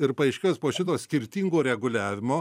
ir paaiškėjus po šito skirtingo reguliavimo